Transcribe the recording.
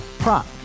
Prop